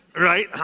right